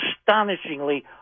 astonishingly